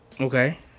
okay